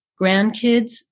grandkids